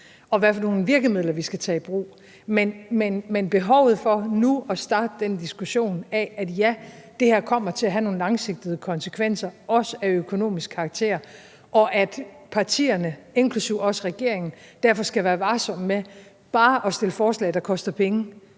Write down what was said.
og hvilke virkemidler vi skal tage i brug. Men behovet er der for nu at starte en diskussion af, at det her kommer til at have nogle langsigtede konsekvenser, også af økonomisk karakter, og præmissen om, at partierne, inklusive regeringen, derfor skal være varsom med bare at stille forslag, der koster penge,